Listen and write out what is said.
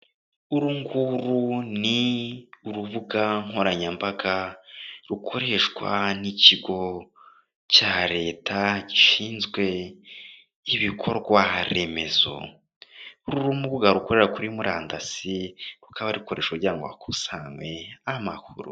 Uru nguru ni urubuga nkoranyambaga rukoreshwa n'ikigo cya Leta gishinzwe ibikorwa remezo, uru ni urubuga rukorera kuri murandasi, rukaba rukoreshashwa kugira ngo hakusanyewe amakuru.